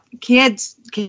kids